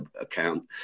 account